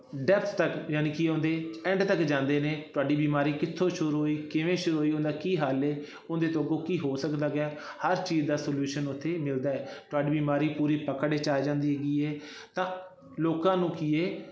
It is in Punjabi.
ਡੈੱਪਥ ਤੱਕ ਜਾਣੀ ਕਿ ਉਹਦੇ ਐਂਡ ਤੱਕ ਜਾਂਦੇ ਨੇ ਤੁਹਾਡੀ ਬਿਮਾਰੀ ਕਿੱਥੋਂ ਸ਼ੁਰੂ ਹੋਈ ਕਿਵੇਂ ਸ਼ੁਰੂ ਹੋਈ ਉਹਦਾ ਕੀ ਹੱਲ ਹੈ ਉਹਦੇ ਤੋਂ ਅੱਗੋਂ ਕੀ ਹੋ ਸਕਦਾ ਗਿਆ ਹਰ ਚੀਜ਼ ਦਾ ਸਲਊਸ਼ਨ ਉੱਥੇ ਮਿਲਦਾ ਤੁਹਾਡੀ ਬਿਮਾਰੀ ਪੂਰੀ ਪਕੜ 'ਚ ਆ ਜਾਂਦੀ ਹੈਗੀ ਹੈ ਤਾਂ ਲੋਕਾਂ ਨੂੰ ਕੀ ਹੈ